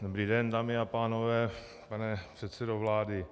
Dobrý den, dámy a pánové, pane předsedo vlády.